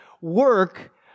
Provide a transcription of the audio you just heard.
work